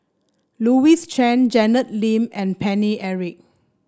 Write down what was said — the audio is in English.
Louis Chen Janet Lim and Paine Eric